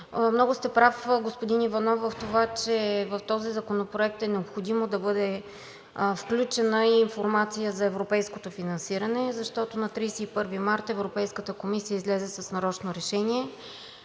много сте прав, господин Иванов, че в този законопроект е необходимо да бъде включена и информация за европейското финансиране, защото на 31 март Европейската комисия излезе с нарочно решение